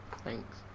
Thanks